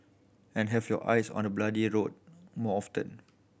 and have your eyes on the bloody road more often